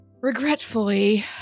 regretfully